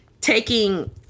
taking